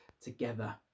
together